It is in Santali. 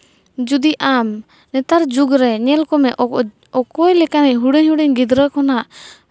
ᱡᱩᱫᱤ ᱟᱢ ᱱᱮᱛᱟᱨ ᱡᱩᱜᱽ ᱨᱮ ᱧᱮᱞ ᱠᱚᱢᱮ ᱚᱠᱚᱭ ᱞᱮᱠᱟᱱᱤᱡ ᱦᱩᱰᱤᱧ ᱦᱩᱰᱤᱧ ᱜᱤᱫᱽᱨᱟᱹ ᱠᱷᱚᱱᱟᱜ